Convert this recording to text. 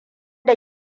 da